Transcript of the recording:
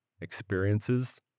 experiences